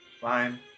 Fine